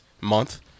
month